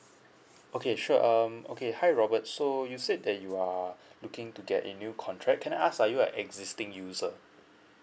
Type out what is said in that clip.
okay sure um okay hi robert so you said that you are looking to get a new contract can I ask you our existing user